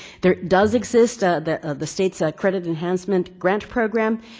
there does exist ah the the state's credit enhancement grant program,